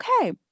okay